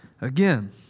again